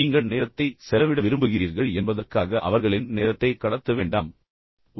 நீங்கள் நேரத்தை செலவிட விரும்புகிறீர்கள் என்பதற்காக அவர்களின் நேரத்தை கடத்த வேண்டாம் அவர்களின் நேரத்திற்குள் ஊடுருவ வேண்டாம்